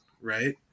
Right